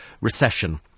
recession